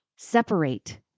Separate